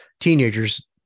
Teenagers